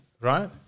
right